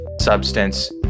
substance